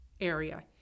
area